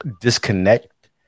disconnect